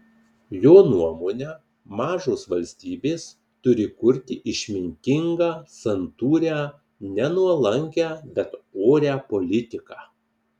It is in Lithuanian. jo nuomone mažos valstybės turi kurti išmintingą santūrią ne nuolankią bet orią politiką